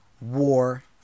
war